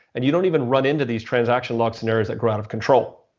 and you don't even run into these transaction log scenarios that grew out of control.